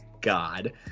God